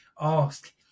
ask